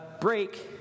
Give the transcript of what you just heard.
break